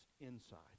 inside